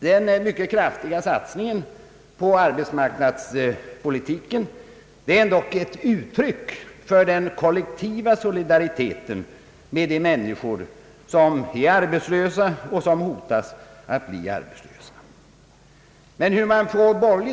Den mycket kraftiga satsningen på arbetsmarknadspolitiken är dock ett uttryck för den kollektiva solidariteten med de människor som är arbetslösa och de som hotas att bli arbetslösa.